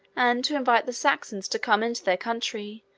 and to invite the saxons to come into their country,